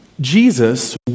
Jesus